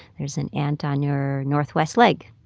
there's an ant on your northwest leg.